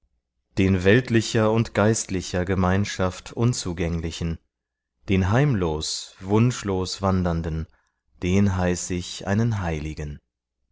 den weltlicher und geistlicher gemeinschaft unzugänglichen den heimlos wunschlos wandernden den heiß ich einen heiligen